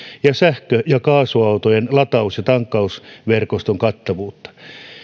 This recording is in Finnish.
ja sähkö ja kaasuautojen lataus ja tankkausverkoston kattavuutta